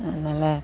நல்ல